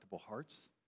hearts